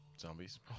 zombies